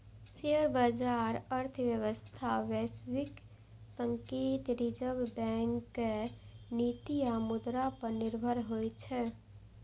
share बाजार अर्थव्यवस्था, वैश्विक संकेत, रिजर्व बैंकक नीति आ मुद्रा पर निर्भर होइ छै